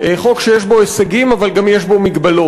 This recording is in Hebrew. חוק שיש בו הישגים אבל גם יש בו מגבלות,